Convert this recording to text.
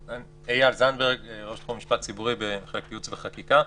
אני ראש תחום משפט ציבורי במחלקת ייעוץ וחקיקה.